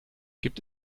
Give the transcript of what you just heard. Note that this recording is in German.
gibt